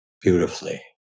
beautifully